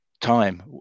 time